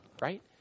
right